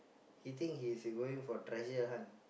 he think he is going for treasure hunt